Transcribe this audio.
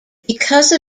because